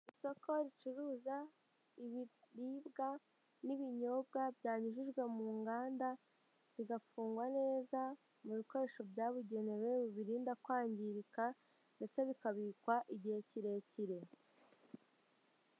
Isoko ricuruza ibiribwa n'ibinyobwa byanyujijwe mu nganda bigafungwa neza mu bikoresho byabugenewe bibirinda kwangirika ndetse bikabikwa igihe kirekire.